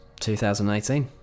2018